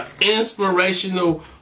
inspirational